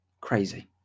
crazy